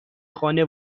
خانه